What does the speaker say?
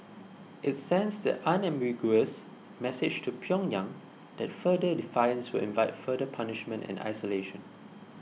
it sends the unambiguous message to Pyongyang that further defiance will invite further punishment and isolation